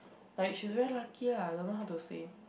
like she is very lucky lah don't know how to say